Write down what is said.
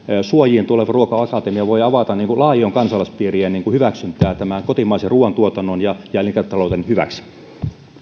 suojiin tuleva ruoka akatemia voi avata laajojen kansalaispiirien hyväksyntää kotimaisen ruoantuotannon ja ja elintarviketalouden hyväksi